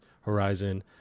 Horizon